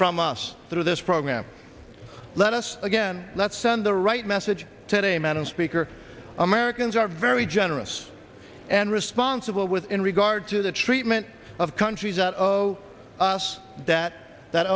from us through this program let us again that send the right message today madam speaker americans are very generous and responsible with in regard to the treatment of countries us that that